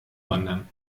wandern